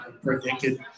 predicted